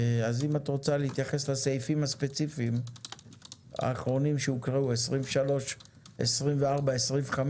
אם אתה רוצה להתייחס לסעיפים שהוקראו, 23,24, 25